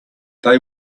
they